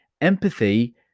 Empathy